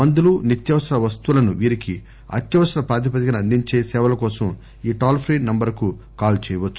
మందులు నిత్వావసర వస్తువులను వీరికి అత్యవసర ప్రాతిపదికన అందించే సేవలకోసం ఈ టోల్ ఫ్రీ నంబర్ కు కాల్ చేయవచ్సు